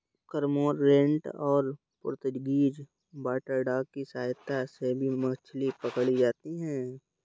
cormorant और Portuguese water dog की सहायता से भी मछली पकड़ी जाती है